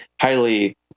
highly